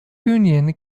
union